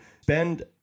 spend